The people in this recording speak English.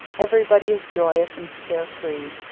everybody is joyous and carefree,